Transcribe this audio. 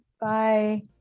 Bye